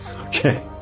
Okay